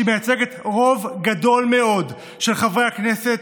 שמייצגת רוב גדול מאוד של חברי הכנסת,